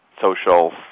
social